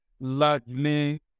largely